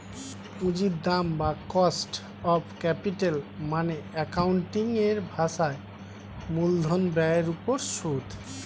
পুঁজির দাম বা কস্ট অফ ক্যাপিটাল মানে অ্যাকাউন্টিং এর ভাষায় মূলধন ব্যয়ের উপর সুদ